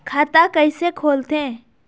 खाता कइसे खोलथें?